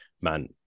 man